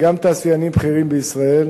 גם תעשיינים בכירים בישראל,